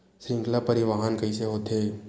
श्रृंखला परिवाहन कइसे होथे?